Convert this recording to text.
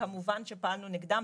כמובן שפעלנו נגדם.